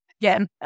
again